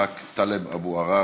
חבר הכנסת טלב אבו עראר,